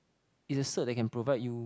is a cert they can provide you